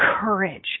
courage